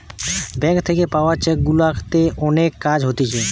bank থাকে পাওয়া cheque গুলাতে অনেক কাজ হতিছে